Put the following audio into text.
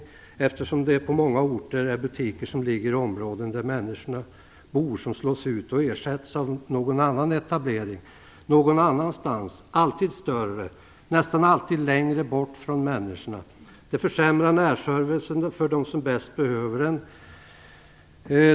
Det är på många orter butiker som ligger i områden där människorna bor som slås ut och ersätts av någon annan etablering någon annanstans, alltid större, nästan alltid längre bort från människorna. Det försämrar närservicen för dem som bäst behöver den.